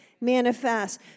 manifest